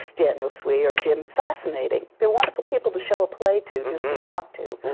daniel swee or jim fascinating. they're wonderful people to show a play to, just to talk to.